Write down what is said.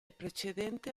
precedente